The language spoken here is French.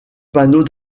panneaux